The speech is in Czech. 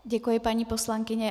Děkuji, paní poslankyně.